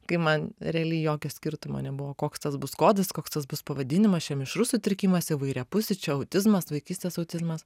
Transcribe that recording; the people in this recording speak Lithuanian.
kai man realiai jokio skirtumo nebuvo koks tas bus kodas koks tas bus pavadinimas čia mišrus sutrikimas įvairiapusis čia autizmas vaikystės autizmas